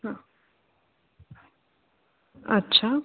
हां अच्छा